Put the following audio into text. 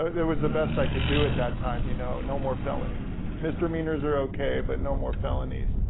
it was the best i could do at that time, you know, no more felonies. misdemeanors are okay, but no more felonies.